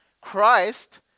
christ